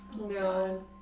No